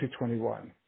2021